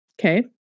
Okay